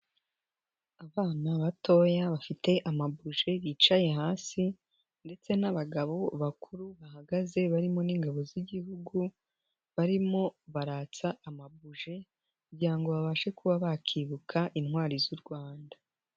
Abana batoya bafite amabuji bicaye hasi, ndetse n'abagabo bakuru bahagaze barimo n'ingabo z'igihugu, barimo baratsa amabuje, kugira ngo babashe kuba bakibuka intwari z'u Rwanda.